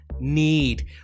need